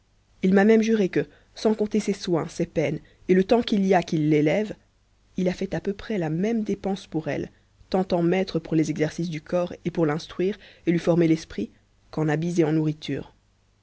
il m'a même juré que sans compter ses soins ses peines et le temps qu'il y a qu'il l'élève il a fait à peu près la même dépense pour elle tant en maîtres pour les exercices du corps et pour l'instruire et lui former l'esprit qu'en habits et en nourriture